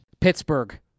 Pittsburgh